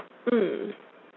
mmhmm